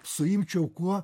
suimčiau kuo